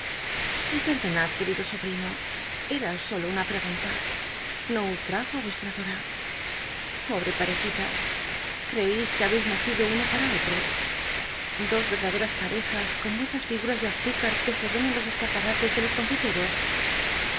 perdonad querido sobrino era solo una pl'c gunla no ul trajo j vuestra dora pobre parcjila creeis que habcis nacido uno para otro dos y crdadcras parejas como esas figuras de azúcar que se yen en los escapamtes de los confiteros